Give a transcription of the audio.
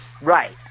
Right